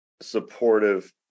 supportive